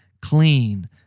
clean